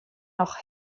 noch